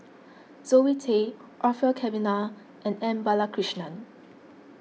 Zoe Tay Orfeur Cavenagh and M Balakrishnan